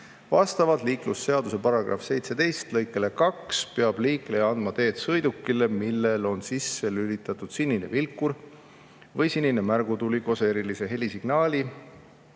"Vastavalt [liiklusseaduse] § 17 lõikele 2 peab liikleja andma teed sõidukile, millel on sisse lülitatud sinine vilkur või sinine märgutuli koos erilise helisignaaliga